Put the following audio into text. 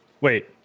Wait